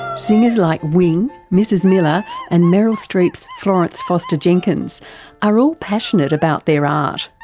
singers like wing, mrs miller and meryl streep's florence foster jenkins are all passionate about their art,